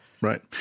Right